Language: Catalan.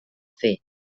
fer